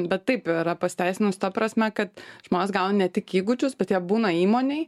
bet taip yra pasiteisinus ta prasme kad žmonės gauna ne tik įgūdžius bet jie būna įmonėj